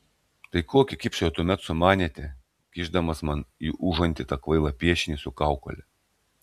tai kokį kipšą tuomet sumanėte kišdamas man į užantį tą kvailą piešinį su kaukole